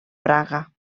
praga